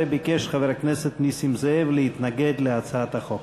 וביקש חבר הכנסת נסים זאב להתנגד להצעת החוק.